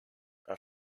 are